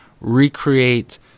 recreate